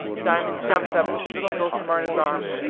diamond jumped up with his little dulcimer in his arms,